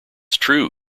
true